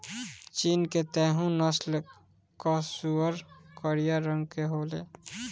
चीन के तैहु नस्ल कअ सूअर करिया रंग के होले